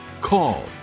call